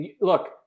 look